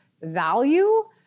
value